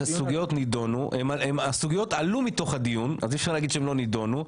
הסוגיות עלו מתוך הדיון אז אי אפשר להגיד שהם לא נידונו,